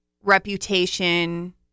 Reputation